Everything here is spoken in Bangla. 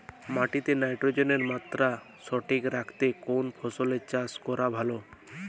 মাটিতে নাইট্রোজেনের মাত্রা সঠিক রাখতে কোন ফসলের চাষ করা ভালো?